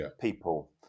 people